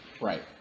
Right